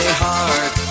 heart